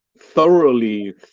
thoroughly